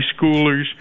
schoolers